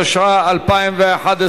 התשע"א 2011,